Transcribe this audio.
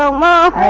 um la